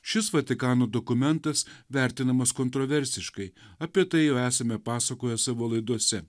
šis vatikano dokumentas vertinamas kontroversiškai apie tai jau esame pasakoję savo laidose